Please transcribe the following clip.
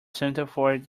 centerfold